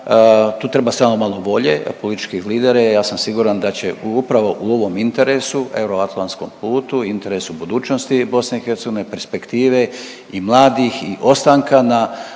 tu treba samo malo volje političkih lidera i ja sam siguran da će upravo u ovom interesu euroatlantskom putu, interesu budućnosti BiH, perspektive i mladih i ostanka na